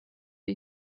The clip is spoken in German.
wie